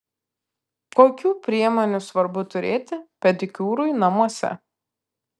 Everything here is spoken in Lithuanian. kokių priemonių svarbu turėti pedikiūrui namuose